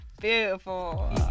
Beautiful